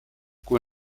kui